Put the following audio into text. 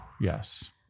Yes